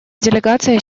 делегация